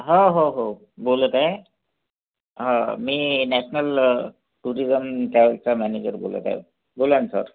हो हो हो बोलत आहे हो मी नॅशनल टुरिझम ट्रॅवलचा मॅनेजर बोलत आहे बोला ना सर